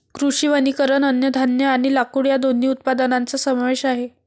कृषी वनीकरण अन्नधान्य आणि लाकूड या दोन्ही उत्पादनांचा समावेश आहे